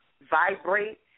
vibrate